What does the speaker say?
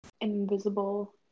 invisible